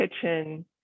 kitchen